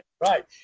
right